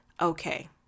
okay